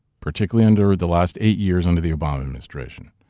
particularly under the last eight years under the obama administration,